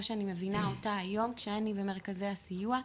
שאני מבינה אותה היום כשאני במרכזי הסיוע.